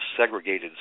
segregated